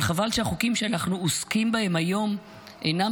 אבל חבל שהחוקים שאנחנו עוסקים בהם היום אינם